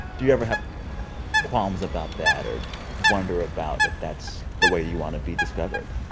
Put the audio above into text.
do you ever have qualms about that or wonder about if that's the way you want to be discovered?